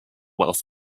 wealth